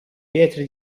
pietre